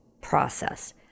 process